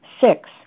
Six